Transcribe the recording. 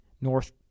North